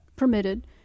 permitted